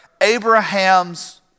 Abraham's